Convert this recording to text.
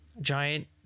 giant